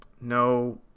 No